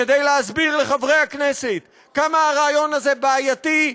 כדי להסביר לחברי הכנסת כמה הרעיון הזה בעייתי,